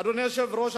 אדוני היושב-ראש,